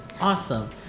awesome